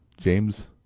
James